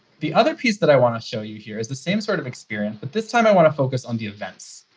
the other piece that i want to show you here is the same sort of experience, but this time i want to focus on the events.